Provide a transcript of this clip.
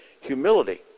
humility